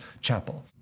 chapel